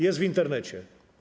Jest w Internecie.